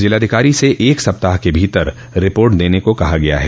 जिलाधिकारी से एक सप्ताह के भीतर रिपोर्ट देने को कहा गया है